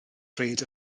rhed